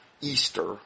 Easter